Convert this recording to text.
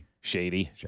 shady